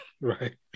right